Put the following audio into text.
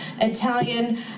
Italian